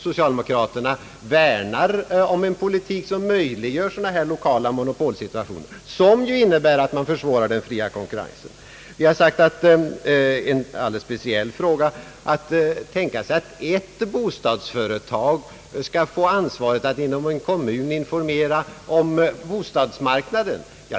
Socialdemokraterna värnar om en politik, som möjliggör lokala monopolsituationer, något som innebär att man försvårar den fria konkurrensen. En alldeles speciell fråga gäller önskemålet att ett bostadsföretag skall få ansvaret att inom en kommun informera om bostadsmarknaden.